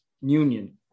union